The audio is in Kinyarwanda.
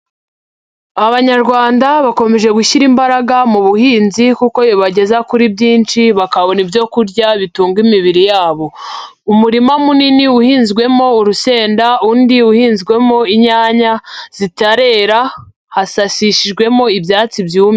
Abanyarwanda bakomeje gushyira imbaraga mu buhinzi kuko bibageza kuri byinshi bakabona ibyo kurya bitunga imibiri yabo, umurima munini uhinzwemo urusenda, undi uhinzwemo inyanya zitarera, hasashishijwemo ibyatsi byumye.